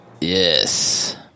Yes